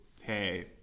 hey